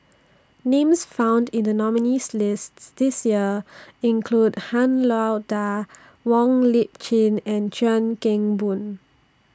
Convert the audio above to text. Names found in The nominees' lists This Year include Han Lao DA Wong Lip Chin and Chuan Keng Boon